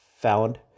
found